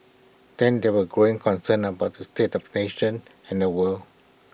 then there were growing concerns about the state of nation and the world